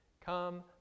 Come